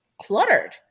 cluttered